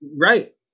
Right